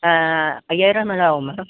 ஆ ஐயாயிரம் மேலே ஆவும் மேடம்